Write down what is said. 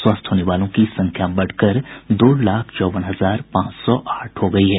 स्वस्थ होने वालों की संख्या बढ़कर दो लाख चौवन हजार पांच सौ आठ हो गयी है